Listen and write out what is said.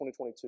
2022